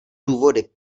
důvody